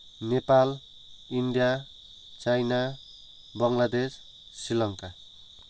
Nepal India China Bangladesh Sri Lanka